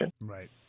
Right